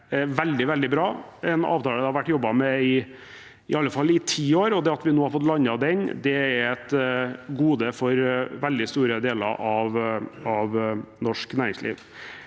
veldig, veldig bra, en avtale det har vært jobbet med i alle fall i ti år. Det at vi nå har fått landet den, er et gode for veldig store deler av norsk næringsliv.